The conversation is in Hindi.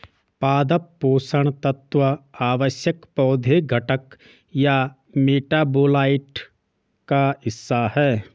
पादप पोषण तत्व आवश्यक पौधे घटक या मेटाबोलाइट का हिस्सा है